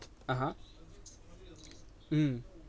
(uh huh) mm